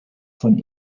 von